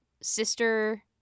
sister